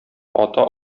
ата